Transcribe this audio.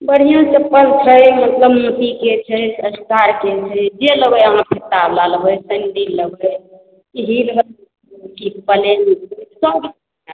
बढ़िआँ चप्पल छै एकदम अथीके छै एस्टारके छै जे लेबै अहाँ फित्ता वला लेबै सेंडिल कि हील बला लेबै कि पलेन सब